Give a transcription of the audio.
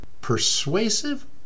persuasive